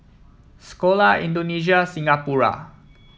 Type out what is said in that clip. Sekolah Indonesia Singapura